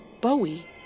Bowie